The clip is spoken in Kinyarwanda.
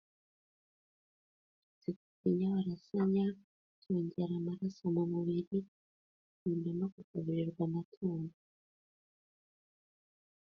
Inyabarasanya zongera amaraso mu mubiri, bimbe no gukaburwa amatungo.